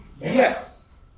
Yes